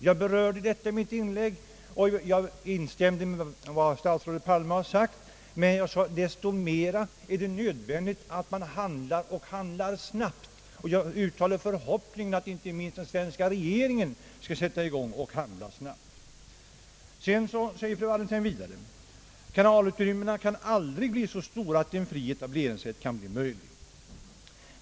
Jag berörde detta i mitt inlägg och jag instämde i vad statsrådet Palme har sagt. Men jag sade att desto nödvändigare är det att man handlar och handlar snabbt, och jag uttalar förhoppningen att inte minst svenska regeringen skall sätta i gång och handla snabbt. Vidare säger fru Wallentheim: Kanalutrymmena kan aldrig bli så stora att en fri etableringsrätt kan bli möjlig.